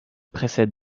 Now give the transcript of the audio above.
précèdent